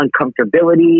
uncomfortability